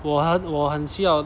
我很我很需要